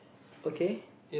okay